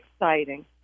exciting